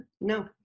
No